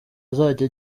azajya